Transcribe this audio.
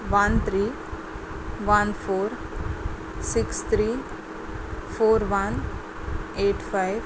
one three one four six three four one eight five